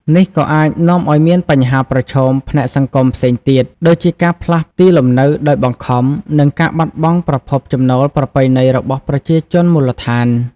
នេះក៏អាចនាំឲ្យមានបញ្ហាប្រឈមផ្នែកសង្គមផ្សេងទៀត ដូចជាការផ្លាស់ទីលំនៅដោយបង្ខំ និងការបាត់បង់ប្រភពចំណូលប្រពៃណីរបស់ប្រជាជនមូលដ្ឋាន។